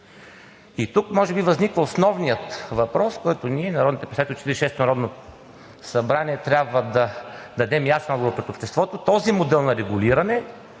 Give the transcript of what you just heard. И тук може би възниква основният въпрос, на който ние, народните представители от 46-ото народно събрание, трябва да дадем ясен отговор пред обществото: този модел на регулиране